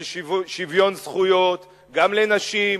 של שוויון זכויות גם לנשים,